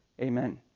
Amen